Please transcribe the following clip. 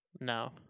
No